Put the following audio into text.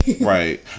right